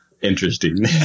interesting